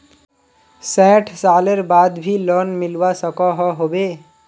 सैट सालेर बाद भी लोन मिलवा सकोहो होबे?